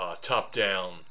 top-down